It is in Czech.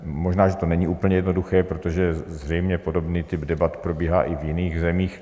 Možná že to není úplně jednoduché, protože zřejmě podobný typ debat probíhá i v jiných zemích.